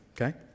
okay